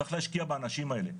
צריך להשקיע באנשים האלה,